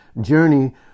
journey